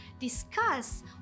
Discuss